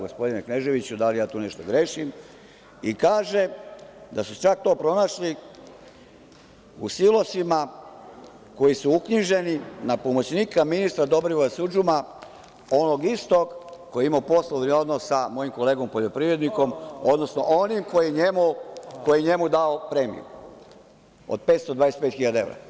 Gospodine Kneževiću, da li ja tu nešto grešim i kaže da su to sve pronašli u silosima koji su uknjiženi na pomoćnika ministra Dobrivoja Sudžuma, onog istog koji je imao poslovni odnos sa mojim kolegom poljoprivrednikom, odnosno onim koji je njemu dao premiju od 525 hiljada evra.